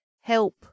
help